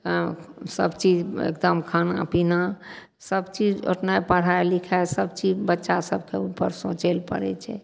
सबचीज एगदम खानापिना सबचीज पढ़ाइ लिखाइ सबचीज बच्चा सभके उपर सोचै ले पड़ै छै